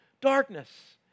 darkness